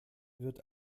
wird